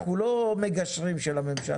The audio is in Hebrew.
אנחנו לא מגשרים של הממשלה.